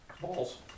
Balls